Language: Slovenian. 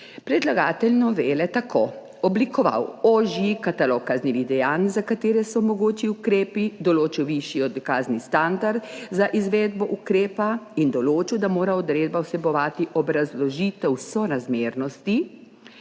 Predlagatelj novele je tako oblikoval ožji katalog kaznivih dejanj, za katere so mogoči ukrepi, določil višji dokazni standard za izvedbo ukrepa in določil, da mora odredba vsebovati obrazložitev sorazmernosti,